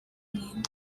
mean